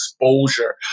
exposure